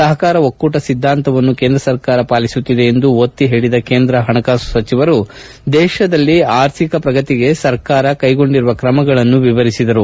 ಸಹಕಾರ ಒಕ್ಕೂಟ ಸಿದ್ಲಾಂತವನ್ನು ಕೇಂದ್ರ ಸರ್ಕಾರ ಪಾಲಿಸುತ್ತಿದೆ ಎಂದು ಒತ್ತಿ ಹೇಳಿದ ಕೇಂದ್ರ ಪಣಕಾಸು ಸಚಿವರು ದೇಶದಲ್ಲಿ ಆರ್ಥಿಕ ಪ್ರಗತಿಗೆ ಸರ್ಕಾರ ಕೈಗೊಂಡಿರುವ ಕ್ರಮಗಳನ್ನು ವಿವರಿಸಿದರು